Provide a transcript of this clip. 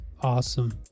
Awesome